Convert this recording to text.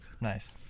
Nice